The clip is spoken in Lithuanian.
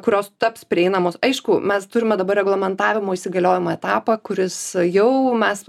kurios taps prieinamos aišku mes turime dabar reglamentavimo įsigaliojimo etapą kuris jau mes